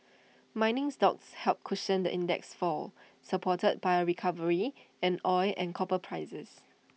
mining stocks helped cushion the index's fall supported by A recovery in oil and copper prices